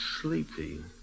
sleepy